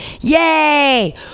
Yay